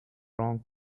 wrong